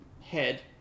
head